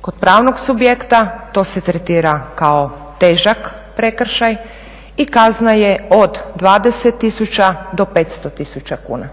Kod pravnog subjekta to se tretira kao težak prekršaj i kazna je od 20 tisuća do 500 tisuća kuna.